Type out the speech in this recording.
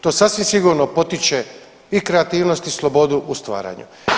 To sasvim sigurno potiče i kreativnost i slobodu u stvaranju.